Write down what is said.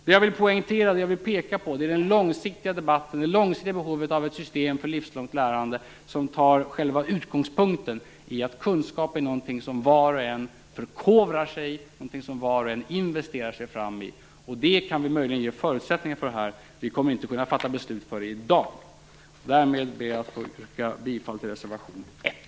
Det vill jag peka på är det långsiktiga behovet av ett system för livslångt lärande som tar själva utgångspunkten i att kunskap är någonting som var och en förkovrar sig och investerar i. Det kan vi möjligen ge förutsättningar för här, men vi kommer inte att kunna fatta beslut om det i dag. Därmed ber jag att få yrka bifall till reservation 1.